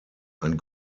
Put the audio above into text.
ein